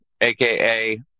AKA